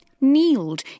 kneeled